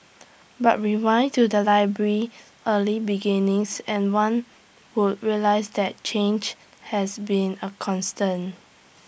but rewind to the library's early beginnings and one would realise that change has been A constant